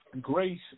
Grace